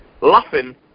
laughing